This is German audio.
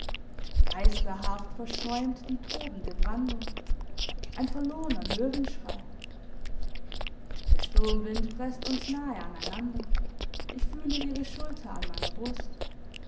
geisterhaft verschäumt die tobende brandung ein verlorner möwenschrei der sturmwind presst uns nahe aneinander ich fühle ihre schulter an meiner brust